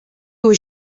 was